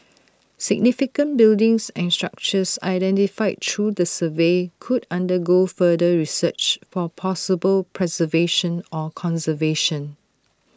significant buildings and structures identified through the survey could undergo further research for possible preservation or conservation